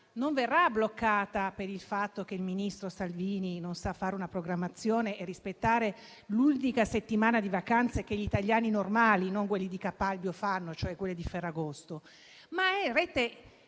non verrà bloccata perché il ministro Salvini non sa fare una programmazione e rispettare l'unica settimana di vacanze che gli italiani normali, non quelli di Capalbio, fanno, cioè quella di Ferragosto. No: è RFI